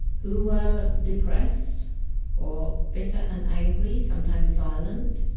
who were depressed or bitter and angry, sometimes violent,